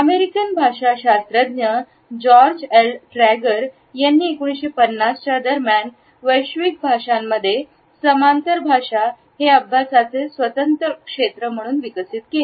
American भाषाशास्त्रज्ञ George L Trager यांनी 1950 च्या दरम्यान वैश्विक भाषांमध्ये समांतर भाषा हेअभ्यासाचे स्वतंत्र क्षेत्र म्हणून विकसित केले